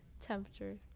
temperature